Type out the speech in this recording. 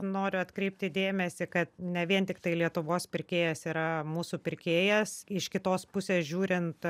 noriu atkreipti dėmesį kad ne vien tiktai lietuvos pirkėjas yra mūsų pirkėjas iš kitos pusės žiūrint